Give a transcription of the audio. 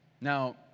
Now